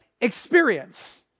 experience